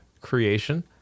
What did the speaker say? creation